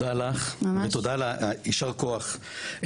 תודה לך ויישר כוח,